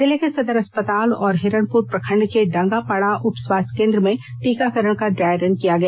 जिले के सदर अस्पताल और हिरणपुर प्रखंड के डांगापाड़ा उपस्वास्थ केंद्र में टीकाकरण का ड्राय रन किया गया